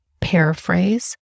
paraphrase